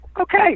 okay